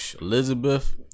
Elizabeth